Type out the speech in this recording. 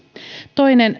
toinen